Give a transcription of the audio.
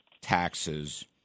taxes